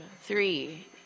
Three